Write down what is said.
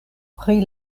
pri